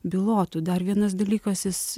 bylotų dar vienas dalykas jis